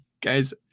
Guys